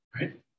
right